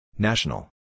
National